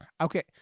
Okay